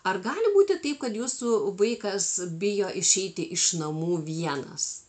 ar gali būti taip kad jūsų vaikas bijo išeiti iš namų vienas